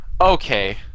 Okay